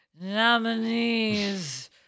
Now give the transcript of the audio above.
nominees